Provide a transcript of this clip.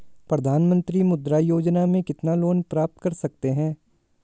प्रधानमंत्री मुद्रा योजना में कितना लोंन प्राप्त कर सकते हैं?